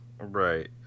Right